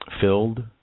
filled